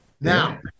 Now